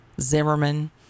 zimmerman